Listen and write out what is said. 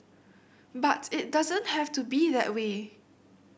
but it doesn't have to be that way